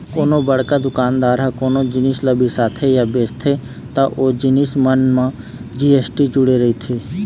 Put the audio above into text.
कोनो बड़का दुकानदार ह कोनो जिनिस ल बिसाथे या बेचथे त ओ जिनिस मन म जी.एस.टी जुड़े रहिथे